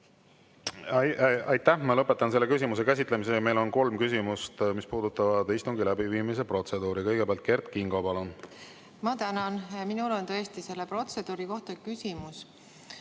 Aitäh! Ma lõpetan selle küsimuse käsitlemise. Meil on kolm küsimust, mis puudutavad istungi läbiviimise protseduuri. Kõigepealt, Kert Kingo, palun! Ma tänan! Minul on tõesti protseduuri kohta küsimus.